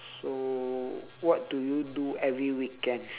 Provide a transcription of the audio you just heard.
so what do you do every weekend